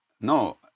no